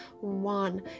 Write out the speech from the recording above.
one